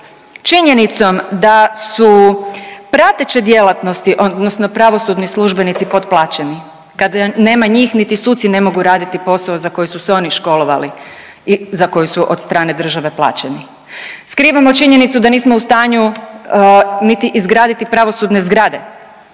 činjenicom da su prateće djelatnosti odnosno pravosudni službenici potplaćeni. Kad nema njih niti suci ne mogu raditi posao za koji su se oni školovali i za koji su, od strane države plaćeni. Skrivamo činjenicu da nismo u stanju niti izgraditi pravosudne zgrade.